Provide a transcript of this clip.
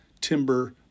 timber